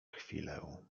chwilę